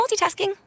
multitasking